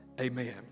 amen